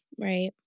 Right